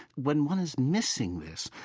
when one is missing this,